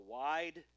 wide